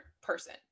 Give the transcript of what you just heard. person